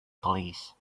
police